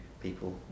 people